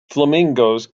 flamingos